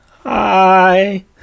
hi